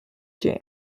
jam